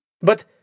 but